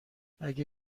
اگه